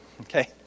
Okay